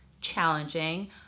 challenging